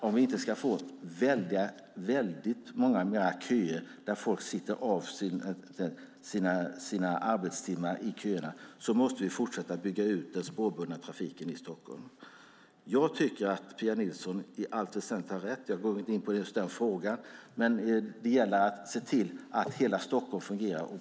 Om vi inte ska få väldigt många fler köer, där folk sitter av sina arbetstimmar, måste vi fortsätta att bygga ut den spårbundna trafiken i Stockholm. Jag tycker att Pia Nilsson i allt väsentligt har rätt. Jag går inte in på just den frågan. Men det gäller att se till att hela Stockholm fungerar.